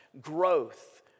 Growth